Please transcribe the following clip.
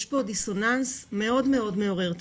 יש פה דיסוננס מאוד-מאוד מעורר תמיהה.